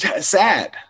sad